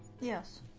Yes